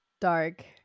dark